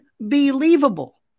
unbelievable